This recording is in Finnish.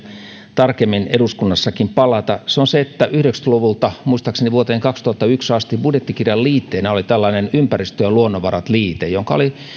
tarkemmin eduskunnassakin palata se on se että yhdeksänkymmentä luvulta muistaakseni vuoteen kaksituhattayksi asti budjettikirjan liitteenä oli tällainen ympäristö ja luonnonvarat liite jonka oli